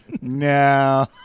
No